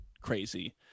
crazy